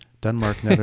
Denmark